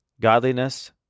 godliness